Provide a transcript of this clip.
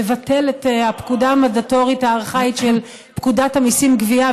לבטל את הפקודה המנדטורית הארכאית של פקודת המיסים (גבייה),